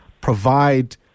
provide